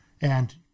And-